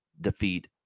defeat